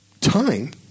time